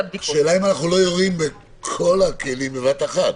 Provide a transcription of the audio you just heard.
על הבדיקות --- השאלה אם אנחנו לא יורים בכל הכלים בבת אחת.